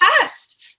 test